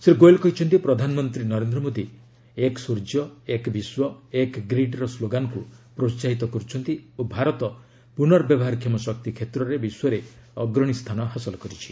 ଶ୍ରୀ ଗୋଏଲ୍ କହିଛନ୍ତି ପ୍ରଧାନମନ୍ତ୍ରୀ ନରେନ୍ଦ୍ର ମୋଦୀ ଏକ୍ ସ୍ୱର୍ଯ୍ୟ ଏକ୍ ବିଶ୍ୱ ଏକ୍ ଗ୍ରୀଡ୍ର ସ୍କୋଗାନକୁ ପ୍ରୋସାହିତ କରୁଛନ୍ତି ଓ ଭାରତ ପୁର୍ନବ୍ୟବହାରକ୍ଷମ ଶକ୍ତି କ୍ଷେତ୍ରରେ ବିଶ୍ୱରେ ଅଗ୍ରଣୀ ସ୍ଥାନ ହାସଲ କରିଛି